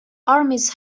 armies